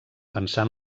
pensar